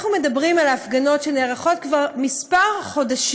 אנחנו מדברים על ההפגנות שנערכות כבר כמה חודשים,